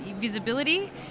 visibility